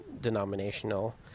denominational